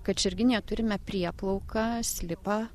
kačerginėje turime prieplauką slipą